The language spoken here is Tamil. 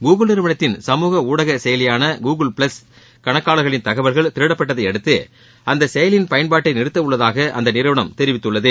கூகுள் நிறுவனத்தின் சமூக ஊடக செயலியான கூகுள் பிளஸ் கணக்காளர்களின் தகவல்கள் திருடப்பட்டதையடுத்து அந்த செயலியின் பயன்பாட்டை நிறுத்த உள்ளதாக அந்நிறுவனம் அறிவித்துள்ளது